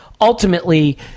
ultimately